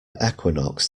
equinox